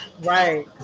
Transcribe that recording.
Right